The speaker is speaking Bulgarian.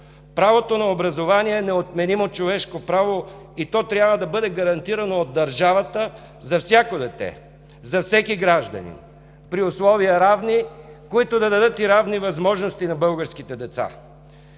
Правото на образование е неотменимо човешко право и то трябва да бъде гарантирано от държавата за всяко дете, за всеки гражданин – при равни условия, които да дадат и равни възможности на българските деца.